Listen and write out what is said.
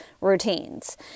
routines